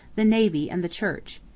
the navy, and the church.